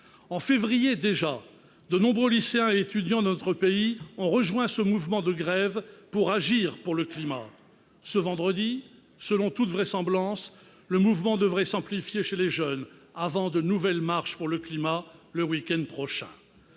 En février, déjà, de nombreux lycéens et étudiants de notre pays ont rejoint ce mouvement de grève en faveur du climat. Ce vendredi, selon toute vraisemblance, le mouvement devrait s'amplifier, avant de nouvelles marches pour le climat prévues le week-end prochain.